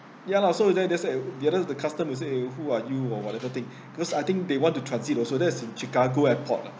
ya lah so there there's eh the other the customs will say eh who are you orh whatever thing because I think they want to transit also that is in chicago airport